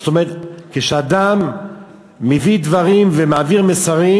כלומר, כשאדם מביא דברים ומעביר מסרים,